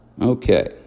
Okay